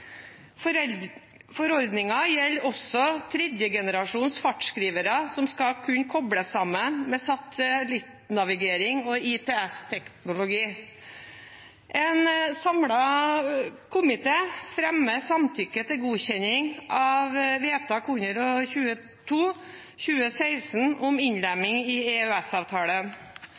gjelder også tredje generasjons fartsskrivere som skal kunne kobles sammen med satellittnavigering og ITS-teknologi. En samlet komité fremmer samtykke til godkjenning av vedtak nr. 122/2016 om innlemming i